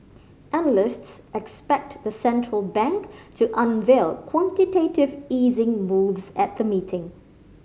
analysts expect the central bank to unveil quantitative easing moves at the meeting